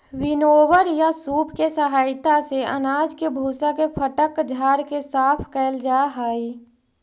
winnower या सूप के सहायता से अनाज के भूसा के फटक झाड़ के साफ कैल जा हई